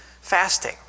fasting